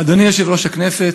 אדוני יושב-ראש הכנסת,